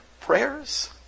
prayers